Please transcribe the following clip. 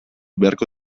beharko